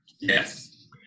Yes